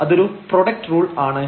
അതൊരു product rule ആണ്